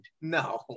No